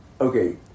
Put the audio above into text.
okay